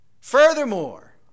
Furthermore